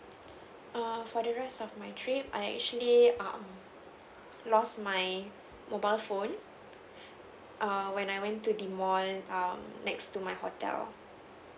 err for the rest of my trip I actually um lost my mobile phone err when I went to the mall um next to my hotel